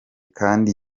kandi